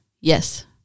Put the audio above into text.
Yes